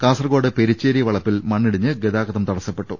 കാസർകോട് പെരിച്ചേരി വളപ്പിൽ മണ്ണിടിഞ്ഞ് ഗതാഗതം തടസ്സപ്പെട്ടു